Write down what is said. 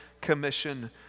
commission